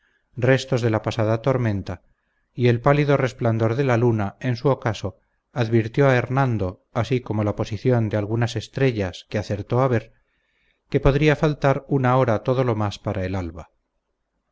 restos de la pasada tormenta y el pálido resplandor de la luna en su ocaso advirtió a hernando así como la posición de algunas estrellas que acertó a ver que podría faltar una hora todo lo más para el alba